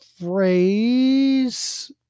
phrase